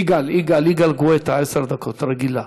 יגאל גואטה, עשר דקות, רגילה.